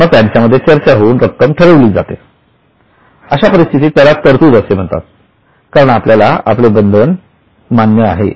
मग त्यांच्या मध्ये चर्चा होऊन रक्कम ठरवली जाईल अशा परिस्थितीत त्याला तरतूद असे म्हणतात कारण आपण आपले बंधन मान्य केलेले आहे